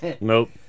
Nope